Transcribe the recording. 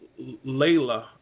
Layla